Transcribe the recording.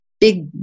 big